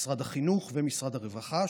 משרד החינוך ומשרד הרווחה,